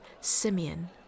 Simeon